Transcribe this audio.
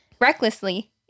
recklessly